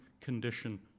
condition